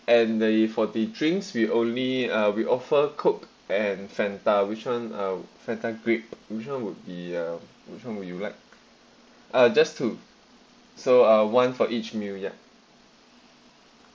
and the for the drinks we only uh we offer coke and fanta which one uh fanta grape which one would be uh which one will you like uh just to so uh one for each meal ya